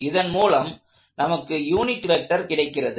இதன்மூலம் நமக்கு unit vector கிடைக்கிறது